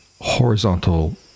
horizontal